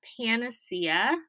panacea